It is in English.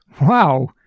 wow